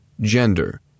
gender